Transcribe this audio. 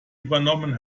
übernommen